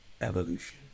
evolution